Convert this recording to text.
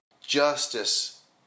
justice